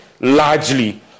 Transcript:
largely